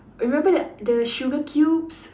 you remember that the sugar cubes